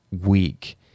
week